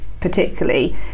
particularly